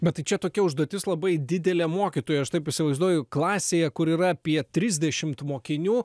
bet čia tokia užduotis labai didelė mokytojui aš taip įsivaizduoju klasėje kur yra apie trisdešimt mokinių